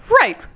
right